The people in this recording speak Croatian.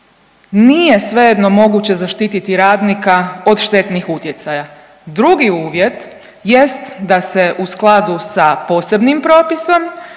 nije svejedno moguće zaštititi radnika od štetnih utjecaja. Drugi uvjet jest da se u skladu sa posebnim propisom